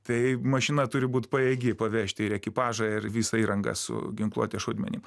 tai mašina turi būt pajėgi pavežti ir ekipažą ir visą įrangą su ginkluote šaudmenim